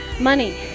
money